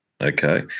Okay